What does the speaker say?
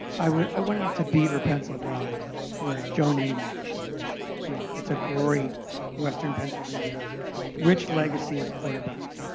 i went i went out to beaver, pennsylvania where joe namath grew up. it's a great western pennsylvania rich legacy of quarterbacks.